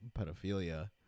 pedophilia